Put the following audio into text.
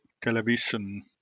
television